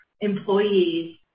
employees